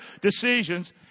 decisions